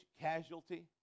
casualty